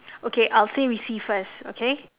okay I will say receive first okay